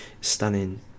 stunning